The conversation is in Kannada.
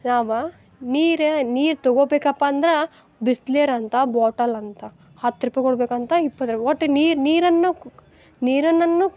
ನಾವು ನೀರು ನೀರು ತಗೊಬೇಕಪ್ಪಂದ್ರೆ ಬಿಸ್ಲೇರಂತ ಬಾಟಲ್ ಅಂತ ಹತ್ತು ರೂಪಾಯಿ ಕೊಡಬೇಕಂತ ಇಪ್ಪತ್ತು ರೂಪಾಯಿ ಒಟ್ಟು ನೀರು ನೀರನ್ನು ಕು ನೀರನನ್ನು ಕು